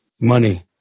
Money